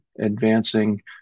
advancing